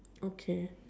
okay